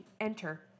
enter